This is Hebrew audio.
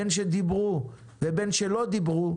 בין שדיברו ובין שלא דיברו,